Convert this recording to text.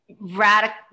radical